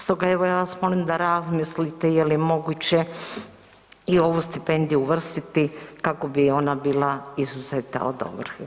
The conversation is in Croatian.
Stoga evo ja vas molim da razmislite je li moguće i ovu stipendiju uvrstiti kako bi ona bila izuzeta od ovrhe.